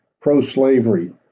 pro-slavery